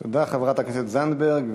תודה, חברת הכנסת זנדברג.